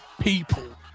People